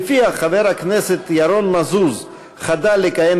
שלפיה חבר הכנסת ירון מזוז חדל לכהן